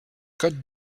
code